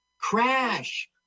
Crash